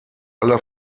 alle